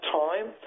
time